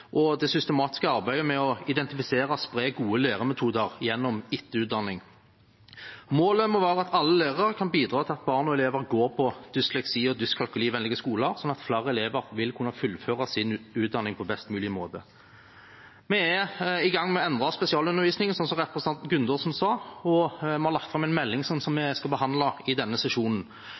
og det systematiske arbeidet med å identifisere og spre gode læremetoder gjennom etterutdanning. Målet må være at alle lærere kan bidra til at barn og elever går på dysleksi- og dyskalkulivennlige skoler, slik at flere elever kan fullføre sin utdanning på best mulig måte. Vi er i gang med å endre spesialundervisningen, slik representanten Gudmundsen sa, og vi har lagt fram en melding som vi skal behandle i denne sesjonen.